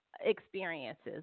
experiences